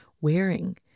wearing